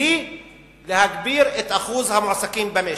היא להגביר את שיעור המועסקים במשק.